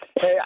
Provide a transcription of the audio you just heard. hey